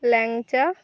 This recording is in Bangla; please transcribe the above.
ল্যাংচা